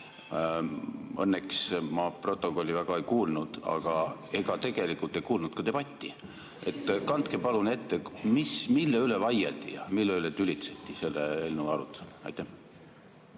Õnneks ma protokolli väga ei kuulnud, aga ega tegelikult ei kuulnud ka debatti. Kandke palun ette, mille üle vaieldi ja mille üle tülitseti selle eelnõu arutelul. Aitäh!